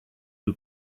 you